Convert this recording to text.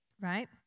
right